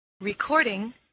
Recording